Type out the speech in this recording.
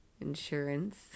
Insurance